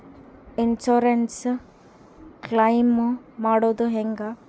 Insurance claim ಮಾಡೋದು ಹೆಂಗ?